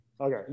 Okay